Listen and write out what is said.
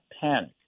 panic